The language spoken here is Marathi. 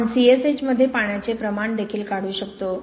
आपण CS H मध्ये पाण्याचे प्रमाण देखील काढू शकतो